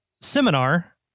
seminar